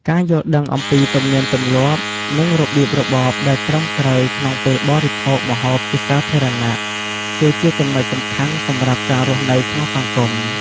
ការយល់ដឹងអំពីទំនៀមទម្លាប់ និងរបៀបរបបដែលត្រឹមត្រូវក្នុងពេលបរិភោគម្ហូបជាសាធារណៈ គឺជាចំណុចសំខាន់សម្រាប់ការរស់នៅក្នុងសង្គម។